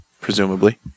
presumably